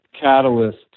catalyst